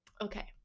okay